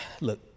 look